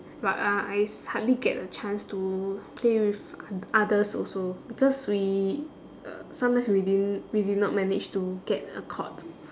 but uh I hardly get a chance to play with oth~ others also because we uh sometimes we didn't we did not manage to get a court